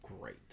great